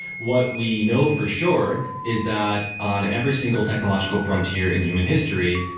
what we know for sure is that on every single technological frontier in human history,